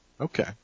Okay